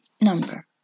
number